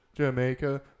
Jamaica